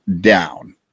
down